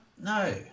No